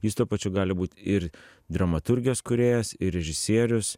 jis tuo pačiu gali būt ir dramaturgijos kūrėjas ir režisierius